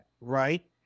right